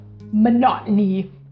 monotony